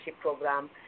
program